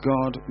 God